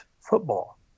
football